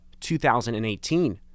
2018